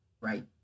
right